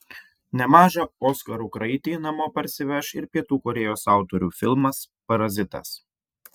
nemažą oskarų kraitį namo parsiveš ir pietų korėjos autorių filmas parazitas